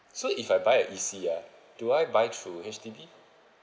so if I buy a E_C ah do I buy through H_D_B